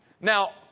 Now